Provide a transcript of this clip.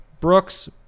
Brooks